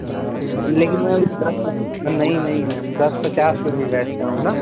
दस लेकिन मैम दस पच्चीस पर नहीं नहीं मैम दस पचास पर मैं बैठता हूँ न